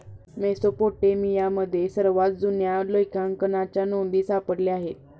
मेसोपोटेमियामध्ये सर्वात जुन्या लेखांकनाच्या नोंदी सापडल्या आहेत